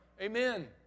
Amen